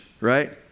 right